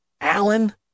Alan